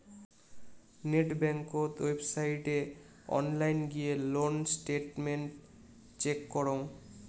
net বেংকত ওয়েবসাইটে online গিয়ে লোন স্টেটমেন্ট চেক করং